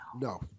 no